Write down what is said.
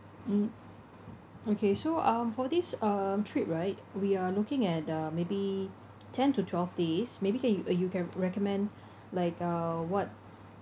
mm okay so um for this um trip right we are looking at uh maybe ten to twelve days maybe can you uh you can recommend like uh what